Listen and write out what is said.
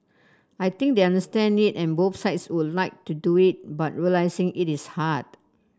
I think they understand it and both sides would like to do it but realising it is hard